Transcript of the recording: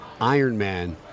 Ironman